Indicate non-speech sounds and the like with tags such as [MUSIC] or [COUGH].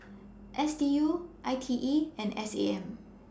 [NOISE] S D U I T E and S A M